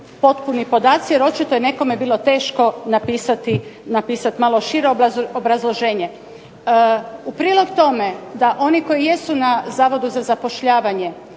potpuni podaci jer očito je nekome bilo teško napisat malo šire obrazloženje. U prilog tome da oni koji jesu na Zavodu za zapošljavanje